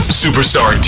superstar